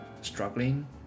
struggling